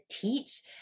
teach